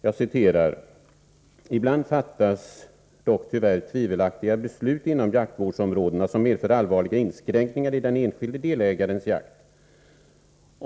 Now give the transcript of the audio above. Man säger: ”Ibland fattas dock tyvärr tvivelaktiga beslut inom jaktvårdsområdena som medför allvarliga inskränkningar i den enskilde delägarens jakt.